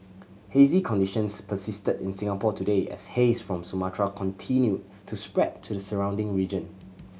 hazy conditions persisted in Singapore today as haze from Sumatra continued to spread to the surrounding region